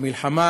המלחמה